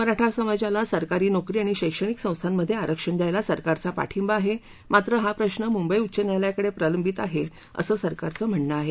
मराठा समजाला सरकारी नोकरी आणि शैक्षणिक संस्थांमधे आरक्षण दयायला सरकारचा पाठिंबा आहे मात्र हा प्रश्न मुंबई उच्च न्यायालयाकडं प्रलंबित आहे असं सरकारचं म्हणणं आहे